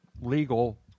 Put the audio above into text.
legal